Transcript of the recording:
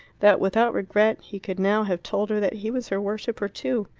that without regret he could now have told her that he was her worshipper too.